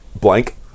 blank